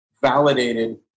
validated